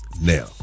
Now